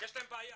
יש להם בעיה,